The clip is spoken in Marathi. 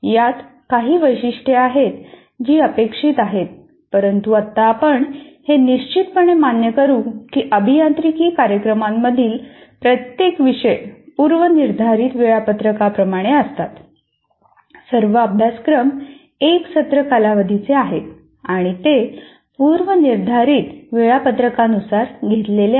यात काही वैशिष्ट्ये आहेत जी अपेक्षित आहेत परंतु आत्ता आपण हे निश्चितपणे मान्य करू की अभियांत्रिकी कार्यक्रमांमधील प्रत्येक विषय पूर्वनिर्धारित वेळापत्रकाप्रमाणे असतात